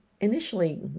initially